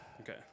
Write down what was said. Okay